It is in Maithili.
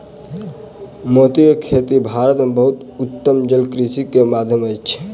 मोती के खेती भारत में बहुत उत्तम जलकृषि के माध्यम अछि